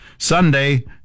Sunday